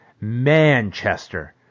Manchester